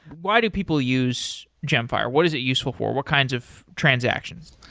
why do people use gemfire? what is it useful for? what kinds of transactions?